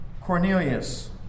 Cornelius